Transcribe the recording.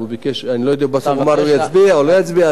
אני לא יודע אם בסוף הוא יצביע או לא יצביע על זה.